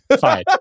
fine